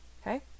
Okay